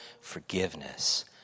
forgiveness